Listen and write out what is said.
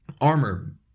armor